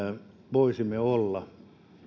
voisimme olla